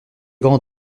grand